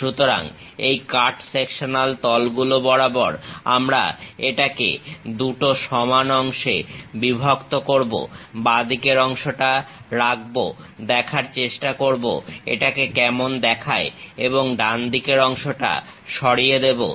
সুতরাং এই cut sectional তল বরাবর আমরা এটাকে দুটো সমান অংশে বিভক্ত করবো বাঁ দিকের অংশটাকে রাখবো দেখার চেষ্টা করব এটাকে কেমন দেখায় এবং ডান দিকের অংশটাকে সরিয়ে দেবো